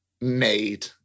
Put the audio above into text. made